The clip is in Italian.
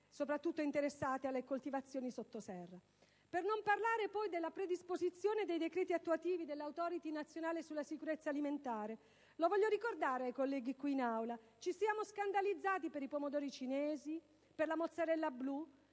soprattutto alle coltivazioni sotto serra. Per non parlare poi della predisposizione dei decreti attuativi dell'*Authority* nazionale sulla sicurezza alimentare. Lo voglio ricordare ai colleghi qui in Aula: ci siamo scandalizzati per i pomodori cinesi, per la mozzarella blu,